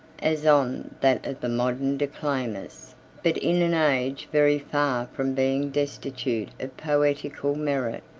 as on that of the modern declaimers but in an age very far from being destitute of poetical merit,